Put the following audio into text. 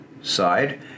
side